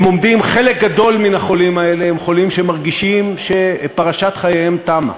חלק גדול מהחולים האלה הם חולים שמרגישים שפרשת חייהם תמה.